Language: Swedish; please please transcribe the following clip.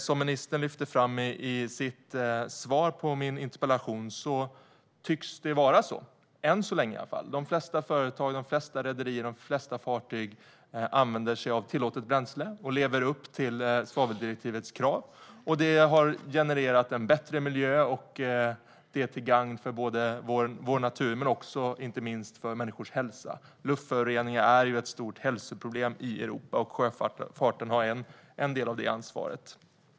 Som ministern lyfte fram i sitt svar på min interpellation tycks det vara så - än så länge i alla fall. De flesta företag, de flesta rederier och de flesta fartyg använder sig av tillåtet bränsle och lever upp till svaveldirektivets krav. Det har genererat en bättre miljö, vilket är till gagn för vår natur och inte minst för människors hälsa. Luftföroreningar är ett stort hälsoproblem i Europa, och sjöfarten har en del av det ansvaret.